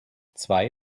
zwei